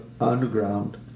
Underground